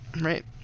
right